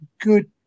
good